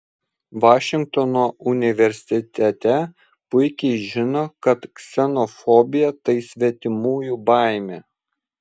vašingtono universitete puikiai žino kad ksenofobija tai svetimųjų baimė